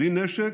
בלי נשק,